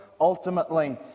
ultimately